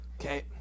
Okay